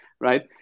right